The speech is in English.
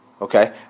okay